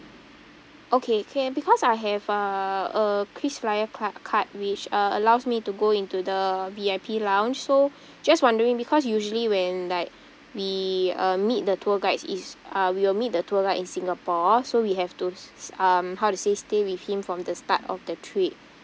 okay can because I have a a krisflyer card card which uh allows me to go into the V_I_P lounge so just wondering because usually when like we uh meet the tour guides is uh we will meet the tour guide in singapore so we have to um how to say stay with him from the start of the trip